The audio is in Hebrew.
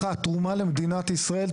אחת תרומה למדינת ישראל,